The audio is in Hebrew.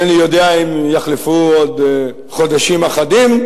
אינני יודע אם יחלפו עוד חודשים אחדים,